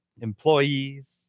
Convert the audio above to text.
Employees